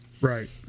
Right